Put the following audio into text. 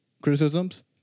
criticisms